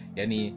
Yani